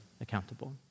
accountable